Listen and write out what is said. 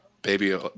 Baby